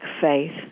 faith